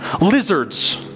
Lizards